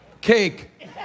cake